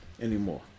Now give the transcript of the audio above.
anymore